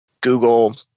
Google